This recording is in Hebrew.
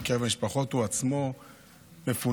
בקרב המשפחות, הוא עצמו מפונה,